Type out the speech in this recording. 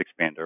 expander